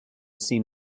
seen